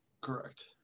Correct